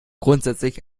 grundsätzlich